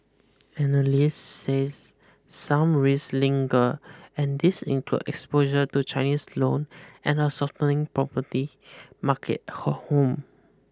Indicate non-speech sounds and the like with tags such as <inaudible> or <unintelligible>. analysts says some raise linger and these include exposure to Chinese loan and a softening property market <unintelligible> home